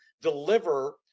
deliver